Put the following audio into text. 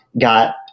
got